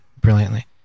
brilliantly